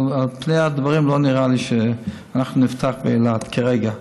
אבל על פני הדברים לא נראה לי שנפתח באילת כרגע.